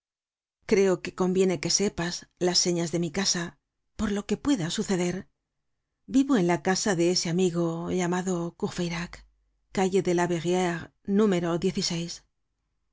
creo que conviene que sepas las señas de mi casa por lo que pueda suceder vivo en la casa de ese amigo llamadó courfeyrac calle de la verrerie número